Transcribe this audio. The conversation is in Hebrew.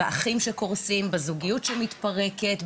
בזוגיות שמתפרקת,